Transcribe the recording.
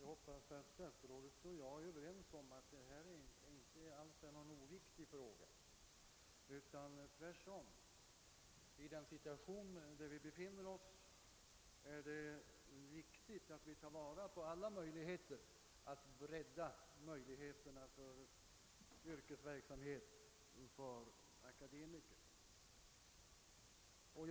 "Herr talman! Jag hoppas att statsrådet och jag är överens om att detta inté alls är någon oväsentlig fråga utan att det tvärtom, i den situation där vi befinner oss, är viktigt att vi tar vara på alla ' "möjligheter att bredda förutsättningarna för yrkesverksamhet för akademiker.